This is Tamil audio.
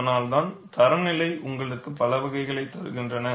அதனால்தான் தரநிலை உங்களுக்கு பலவகைகளைத் தருகின்றன